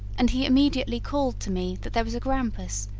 and he immediately called to me that there was a grampus,